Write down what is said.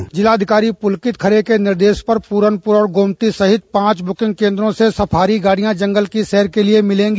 जिलाधिकारी पुलकित खरे के निर्देश पर पूरनपुर और गोमती सहित पांच ब्रकिंग केंद्रों से सफारी गाड़ियां जंगल की सैर के लिए मिलेंगी